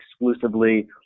exclusively